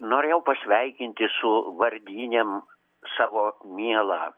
norėjau pasveikinti su vardynėm savo mielą